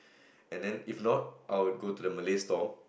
and then if not I would go to the Malay stall